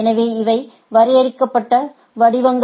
எனவே இவை வரையறுக்கப்பட்ட வடிவங்கள்